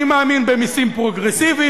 אני מאמין במסים פרוגרסיביים.